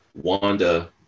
Wanda